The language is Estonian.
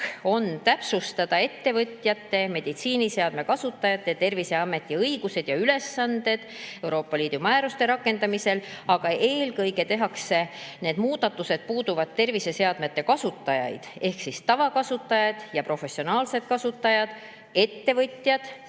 täpsustada ettevõtjate, meditsiiniseadme kasutajate, Terviseameti õigused ja ülesanded Euroopa Liidu määruste rakendamisel, aga eelkõige tehakse need muudatused, mis puudutavad terviseseadmete kasutajaid ehk tavakasutajad ja professionaalsed kasutajad, ettevõtjad